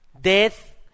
Death